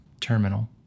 terminal